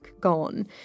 gone